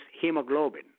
hemoglobin